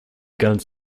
guns